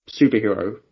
superhero